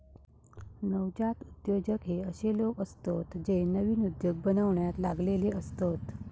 नवजात उद्योजक हे अशे लोक असतत जे नवीन उद्योग बनवण्यात लागलेले असतत